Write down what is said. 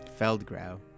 Feldgrau